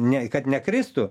ne kad nekristų